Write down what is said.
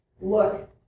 Look